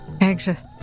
anxious